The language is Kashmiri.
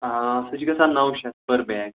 آ سُہ چھُ گژھان نَو شَتھ پٔر بیگ